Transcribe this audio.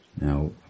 Now